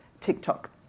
TikTok